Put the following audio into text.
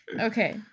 Okay